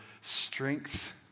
strength